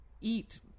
eat